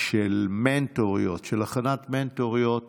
של מנטוריות, של הכנת מנטוריות